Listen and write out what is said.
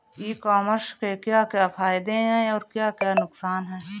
ई commerce के क्या क्या फायदे और क्या क्या नुकसान है?